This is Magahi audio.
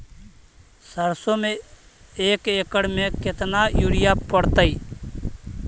सरसों में एक एकड़ मे केतना युरिया पड़तै?